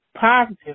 positive